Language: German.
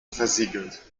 versiegelt